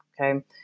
Okay